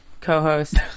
co-host